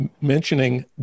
mentioning